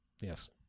Yes